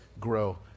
grow